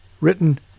written